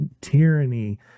tyranny